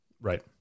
right